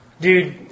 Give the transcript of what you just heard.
Dude